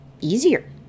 easier